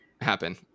happen